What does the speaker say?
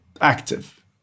active